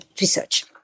research